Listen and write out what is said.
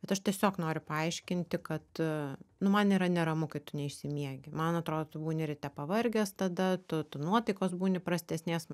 bet aš tiesiog noriu paaiškinti kad nu man yra neramu kai tu neišsimiegi man atrodo tu būni ryte pavargęs tada tu tu nuotaikos būni prastesnės